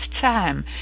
time